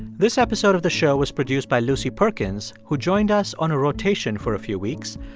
this episode of the show was produced by lucy perkins, who joined us on a rotation for a few weeks.